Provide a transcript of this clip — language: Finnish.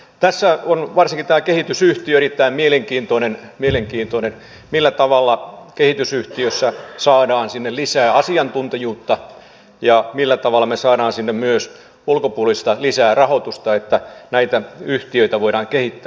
tässä on varsinkin tämä kehitysyhtiö erittäin mielenkiintoinen millä tavalla kehitysyhtiössä saadaan sinne lisää asiantuntijuutta ja millä tavalla me saamme sinne myös lisää ulkopuolista rahoitusta että näitä yhtiöitä voidaan kehittää